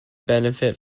benefit